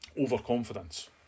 overconfidence